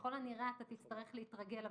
ככל הנראה תצטרך להתרגל,